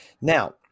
Now